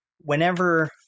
whenever